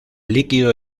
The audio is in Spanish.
líquido